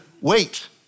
wait